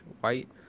white